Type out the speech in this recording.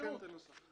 צריך לתקן את הנוסח.